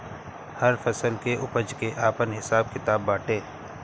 हर फसल के उपज के आपन हिसाब किताब बाटे